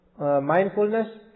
mindfulness